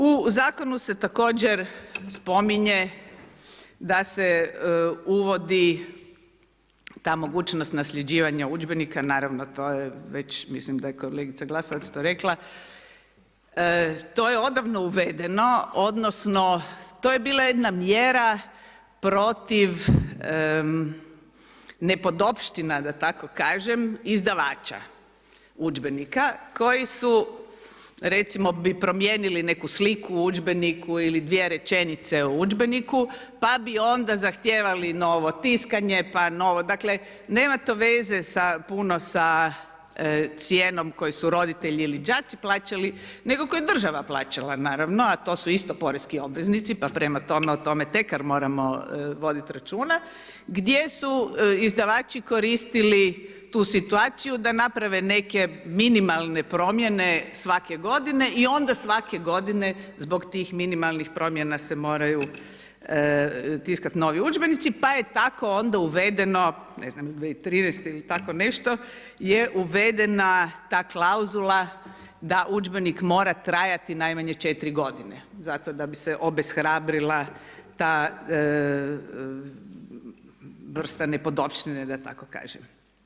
U zakonu se također spominje da se uvodi ta mogućnost nasljeđivanja udžbenika, naravno to je, već, mislim da je kolegica Glasovac to rekla, to je odavno uvedeno, odnosno, to je bila jedna mjera protiv nepodopština, da tako kažem izdavača udžbenika, koji su recimo, bi promijenili neku sliku u udžbeniku ili 2 rečenice u udžbenike, pa bi onda zahtijevali novo tiskanje, pa novo, dakle, nema to veze puno sa cijenom koje su roditelji ili đaci plaćali, nego koje je država plaćala, naravno a to su isto porezni obveznici, pa prema tome, o tome … moramo voditi računa, gdje su izdavača koristili tu situaciju da naprave neke minimalne promijene svake g. i onda svake g. zbog tih minimalnih promjena se moraju tiskati novi udžbenici, pa je tako onda uvedeno, ne znam 2013. i tako nešto je uvedena ta klauzula da udžbenik mora trajati najmanje 4 g. zato da bi se obeshrabrila ta vrsta nepodopštine da tako kažem.